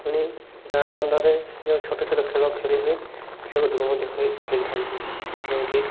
ପୁଣି ଗାଁ ଦାଣ୍ଡରେ ଯେଉଁ ଛୋଟ ଛୋଟ ଖେଳ ଖେଳି ହୁଏ ସେଗୁଡ଼ିକ ମଧ୍ୟ ଖେଳିଥାନ୍ତି ଯେମିତି